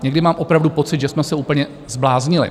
Někdy mám opravdu pocit, že jsme se úplně zbláznili.